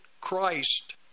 Christ